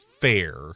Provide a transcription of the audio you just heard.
fair